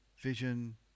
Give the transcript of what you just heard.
vision